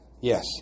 Yes